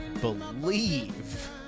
believe